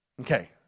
Okay